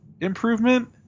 improvement